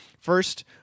First